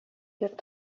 йорт